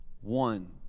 One